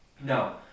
No